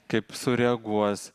kaip sureaguos